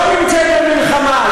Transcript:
לא נמצאת במלחמה,